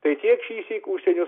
tai tiek šįsyk užsienio